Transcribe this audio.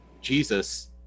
jesus